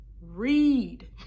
read